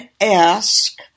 ask